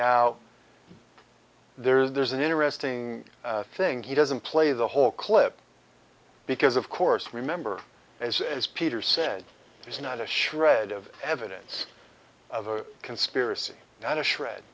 now there's an interesting thing he doesn't play the whole clip because of course remember as as peter said there's not a shred of evidence of a conspiracy not a shred